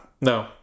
No